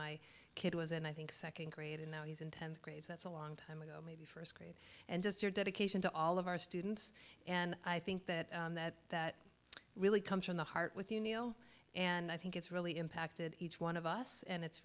my kid was and i think second grade and now he's in tenth grade that's a long time ago maybe first grade and just your dedication to all of our students and i think that that that really comes from the heart with you neal and i think it's really impacted each one of us and it's